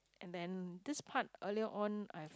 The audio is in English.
and then this part earlier on I've